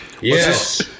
Yes